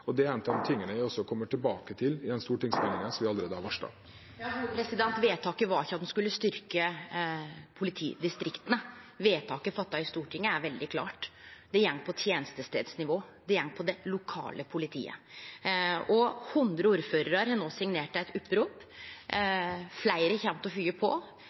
og det er en av de tingene jeg kommer tilbake til i den stortingsmeldingen vi allerede har varslet. Vedtaket var ikkje at me skulle styrkje politidistrikta. Vedtaket som er gjort i Stortinget, er veldig klart. Det går på tenestestadsnivået, det går på det lokale politiet. Hundre ordførarar har no signert eit opprop. Fleire kjem til å fylgje på.